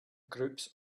groups